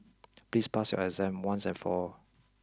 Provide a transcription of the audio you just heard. please pass your exam once and for all